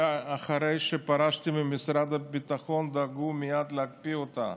ואחרי שפרשתי ממשרד הביטחון דאגו מייד להקפיא אותה,